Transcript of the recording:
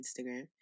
Instagram